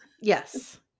Yes